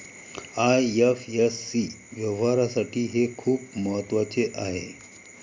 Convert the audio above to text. IFSC व्यवहारासाठी हे खूप महत्वाचे आहे